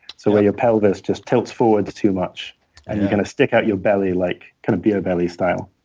so where your pelvis just tilts forward too much, and you kind of stick out your belly like kind of beer belly style.